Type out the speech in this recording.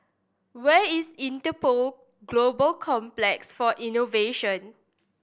where is Interpol Global Complex for Innovation